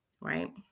right